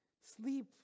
Sleep